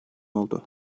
oldu